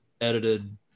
edited